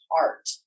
heart